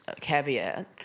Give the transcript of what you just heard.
caveat